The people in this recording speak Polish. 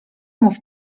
mów